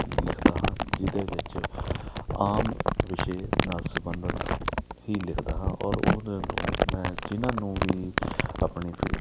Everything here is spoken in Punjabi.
ਲਿਖਦਾ ਹਾਂ ਜਿਹਦੇ ਵਿੱਚ ਆਮ ਵਿਸ਼ੇ ਨਾਲ ਸੰਬੰਧਤ ਹੀ ਲਿਖਦਾ ਹਾਂ ਔਰ ਉਹਨਾਂ ਨੂੰ ਮੈਂ ਜਿਹਨਾਂ ਨੂੰ ਵੀ ਆਪਣੀ ਫੀਡ